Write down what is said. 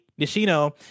Nishino